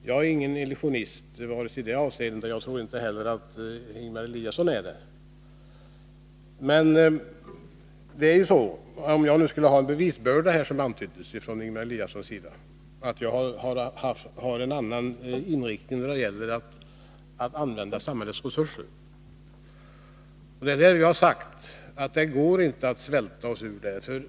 Jag är ingen illusionist, och jag tror inte heller att Ingemar Eliasson är det. Ingemar Eliasson antydde att bevisbördan skulle ligga på mig, eftersom jag har en annan uppfattning om hur samhällets resurser skall användas. Vi har sagt att det inte går att svälta oss ur krisen.